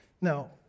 Now